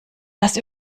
das